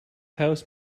house